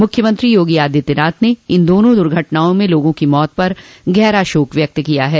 मुख्यमंत्री योगी आदित्यनाथ ने इन दोनों दुर्घटनाओं में लोगों की मौत पर गहरा शोक व्यक्त किया है